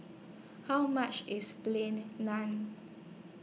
How much IS Plain Naan